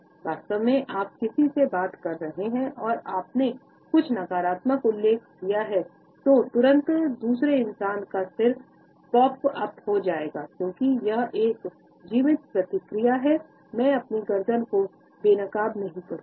वास्तव में आप किसी से बात कर रहे हैं और आपने कुछ नकारात्मक उल्लेख किया है तो तुरंत दूसरे इंसान का सिर पॉप उप हो जाएगा क्योंकि यह एक जीवित प्रतिक्रिया है मैं अपनी गर्दन को बेनकाब नहीं करूंगा